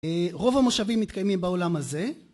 רוב המושבים מתקיימים באולם הזה.